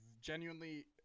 genuinely